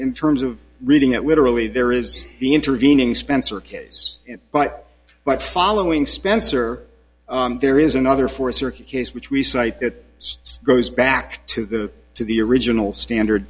in terms of reading it literally there is the intervening spencer case but but following spencer there is another four circuit case which we cite that goes back to the to the original standard